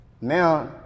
Now